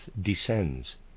descends